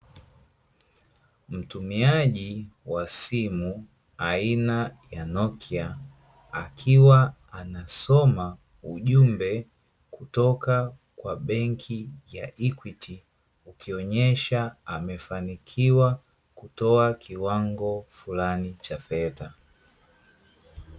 Mtumiaji wa simu aina ya nokia akiwa anasoma ujumbe kutoka kwa benki ya" EQUITY", ukionesha amefanikiwa kutoa kiwango fulani cha fedha.